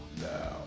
Now